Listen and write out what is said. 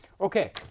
Okay